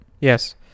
yes